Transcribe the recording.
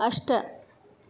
अष्ट